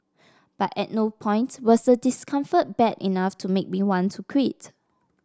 but at no point was the discomfort bad enough to make me want to quit